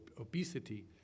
obesity